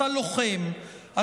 אתה לוחם,